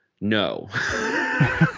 no